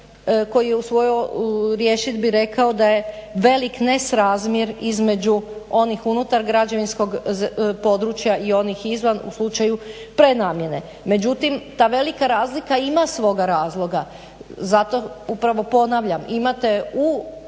koji je usvojio riješit bi rekao velik nesrazmjer između onih unutar građevinskog područja i onih izvan u slučaju prenamjene. Međutim ta velika razlika ima svog razloga. Zato upravo ponavljam imate